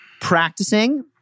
practicing